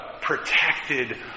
protected